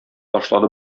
ташлады